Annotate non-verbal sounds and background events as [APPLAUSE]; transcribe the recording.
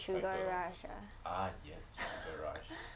sugar rush ah [LAUGHS]